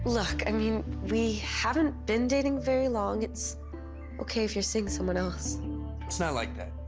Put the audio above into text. look, i mean, we haven't been dating very long. it's okay if you're seeing someone else. it's not like that.